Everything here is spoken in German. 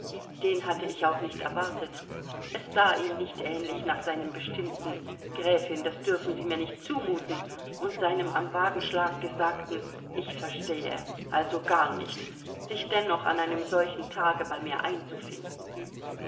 den hatte ich auch nicht erwartet es sah ihm nicht ähnlich nach seinem bestimmten gräfin das dürfen sie mir nicht zumuten und seinem am wagenschlag gesagten ich verstehe also gar nicht sich dennoch an einem solchen tage bei mir einzufinden